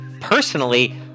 personally